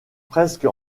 presque